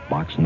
Box